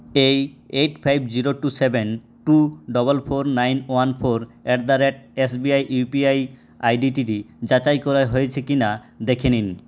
এই eight five zero two seven two double four nine one four at the rate SBI UPI আইডিটি যাচাই করা হয়েছে কিনা দেখে নিন